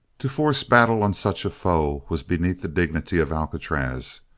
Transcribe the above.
to force battle on such a foe was beneath the dignity of alcatraz,